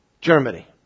Germany